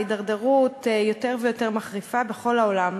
וההתדרדרות יותר ויותר מחריפה בכל העולם.